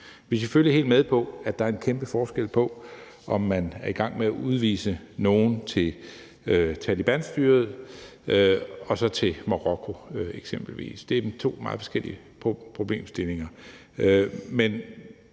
Vi er selvfølgelig med på, at der er en kæmpe forskel på, om man er i gang med at udvise nogen til eksempelvis Talebanstyret eller til Marokko. Det er to meget forskellige problemstillinger.